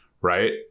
Right